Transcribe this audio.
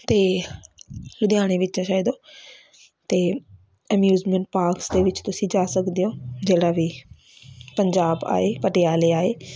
ਅਤੇ ਲੁਧਿਆਣੇ ਵਿੱਚ ਹੈ ਸ਼ਾਇਦ ਅਤੇ ਐਮਯੂਜ਼ਮੈਂਟ ਪਾਰਕਸ ਦੇ ਵਿੱਚ ਤੁਸੀਂ ਜਾ ਸਕਦੇ ਹੋ ਜਿਹੜਾ ਵੀ ਪੰਜਾਬ ਆਏ ਪਟਿਆਲੇ ਆਏ